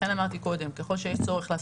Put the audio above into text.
לכן אמרתי קודם שככל שיהיה צורך לעשות